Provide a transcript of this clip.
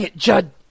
Judd